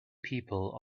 people